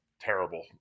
terrible